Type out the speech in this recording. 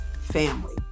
family